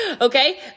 okay